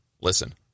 Listen